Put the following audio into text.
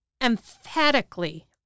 emphatically